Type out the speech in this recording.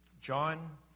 John